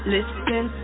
Listen